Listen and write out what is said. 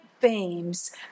beams